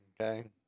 okay